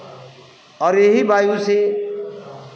और यही वायु से